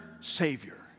Savior